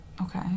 Okay